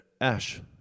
Ash